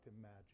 imagine